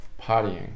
partying